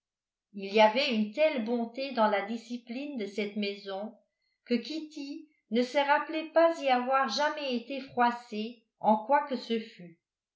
il y avait une telle bonté dans la discipline de cette maison que kitty ne se rappelait pas y avoir jamais été froissée en quoi que ce fût